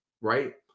right